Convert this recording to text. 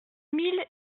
mille